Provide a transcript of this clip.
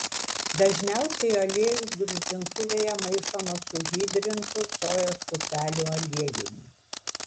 dažniausiai aliejus gruzdintuvėje maišomas su hidrintu sojos pupelių aliejumi